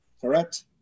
Correct